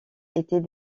étaient